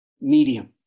medium